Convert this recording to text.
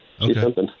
Okay